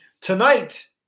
tonight